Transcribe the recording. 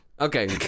Okay